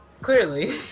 clearly